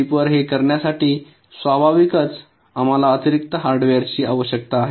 chip वर हे करण्यासाठी स्वाभाविकच आम्हाला अतिरिक्त हार्डवेअरची आवश्यकता आहे